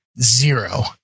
zero